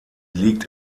liegt